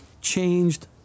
changed